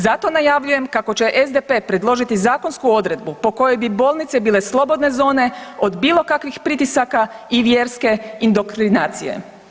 Zato najavljujem kako će SDP predložiti zakonsku odredbu po kojoj bi bolnice bile slobodne zone od bilo kakvih pritisaka i vjerske indoktrinacije.